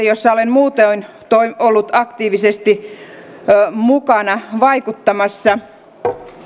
joissa olen muutoin ollut aktiivisesti mukana vaikuttamassa